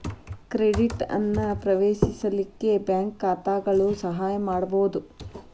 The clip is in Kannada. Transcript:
ಕ್ರೆಡಿಟ್ ಅನ್ನ ಪ್ರವೇಶಿಸಲಿಕ್ಕೆ ಬ್ಯಾಂಕ್ ಖಾತಾಗಳು ಸಹಾಯ ಮಾಡ್ಬಹುದು